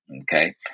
Okay